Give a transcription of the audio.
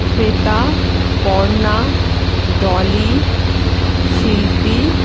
শ্বেতা পর্না ডলি শিল্পী